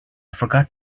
forgot